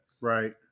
Right